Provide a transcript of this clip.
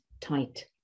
tight